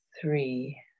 Three